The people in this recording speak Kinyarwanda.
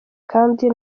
kandi